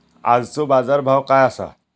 आजचो बाजार भाव काय आसा?